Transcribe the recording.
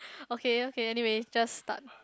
okay okay anyway just start